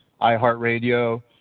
iHeartRadio